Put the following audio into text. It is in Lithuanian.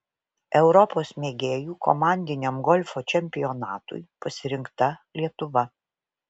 europos mėgėjų komandiniam golfo čempionatui pasirinkta lietuva